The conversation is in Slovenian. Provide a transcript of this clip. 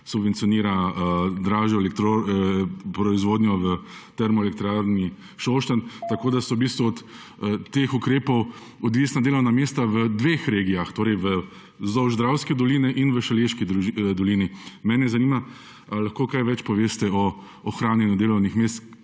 subvencionira dražjo proizvodnjo v Termoelektrarni Šoštanj, tako da so v bistvu od teh ukrepov odvisna delovna mesta v dveh regijah, torej vzdolž dravske doline in v Šaleški dolini. Mene zanima, ali lahko kaj več poveste o ohranjanju delovnih mest.